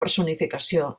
personificació